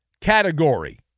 category